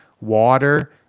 water